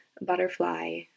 butterfly